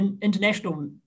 international